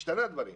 השתנו דברים